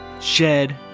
shed